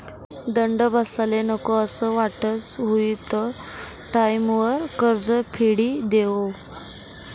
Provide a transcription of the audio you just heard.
दंड बसाले नको असं वाटस हुयी त टाईमवर कर्ज फेडी देवो